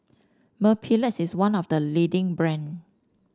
mepilex is one of the leading brands